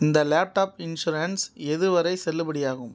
இந்த laptop insurance எதுவரை செல்லுபடியாகும்